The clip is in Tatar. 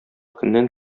көннән